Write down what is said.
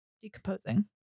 decomposing